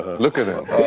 look at him.